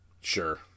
Sure